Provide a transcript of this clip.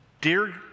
Dear